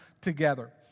together